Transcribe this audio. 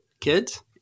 kids